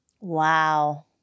Wow